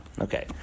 okay